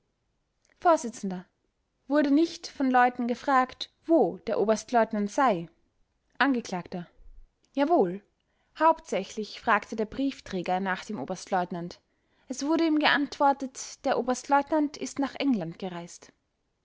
vors wurde nicht von leuten gefragt wo der oberstleutnant sei angekl jawohl hauptsächlich fragte der briefträger nach dem oberstleutnant es wurde ihm geantwortet der oberstleutnant ist nach england gereist